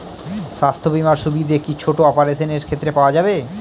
স্বাস্থ্য বীমার সুবিধে কি ছোট অপারেশনের ক্ষেত্রে পাওয়া যাবে?